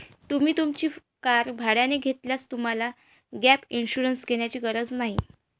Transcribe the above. तुम्ही तुमची कार भाड्याने घेतल्यास तुम्हाला गॅप इन्शुरन्स घेण्याची गरज नाही